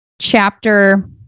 chapter